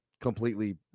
completely